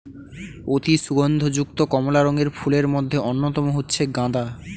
অতি সুগন্ধ যুক্ত কমলা রঙের ফুলের মধ্যে অন্যতম হচ্ছে গাঁদা